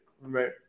Right